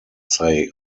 say